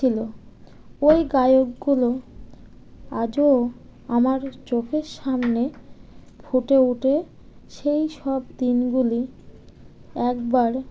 ছিলো ওই গায়কগুলো আজও আমার চোখের সামনে ফুটে উঠে সেই সব দিনগুলি একবার